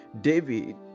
David